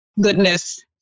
Goodness